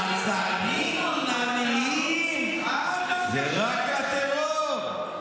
מעצרים מינהליים זה רק לטרור.